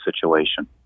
situation